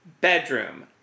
bedroom